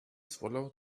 swallow